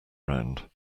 round